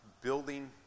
building